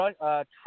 Trump